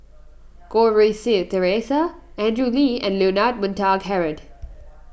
Goh Rui Si theresa Andrew Lee and Leonard Montague Harrod